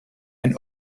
and